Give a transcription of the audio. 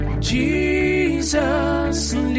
Jesus